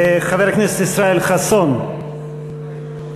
חבר הכנסת ישראל חסון, איננו.